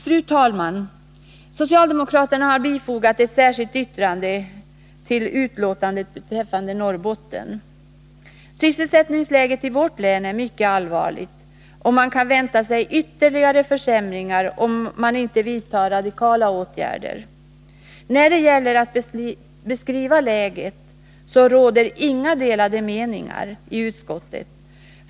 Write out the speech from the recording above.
Fru talman! Socialdemokraterna har till betänkandet fogat ett särskilt yttrande beträffande Norrbotten. Sysselsättningsläget i vårt län är mycket allvarligt, och man kan vänta sig ytterligare försämringar om det inte vidtas radikala åtgärder. När det gäller att beskriva läget råder inga delade meningar i utskottet.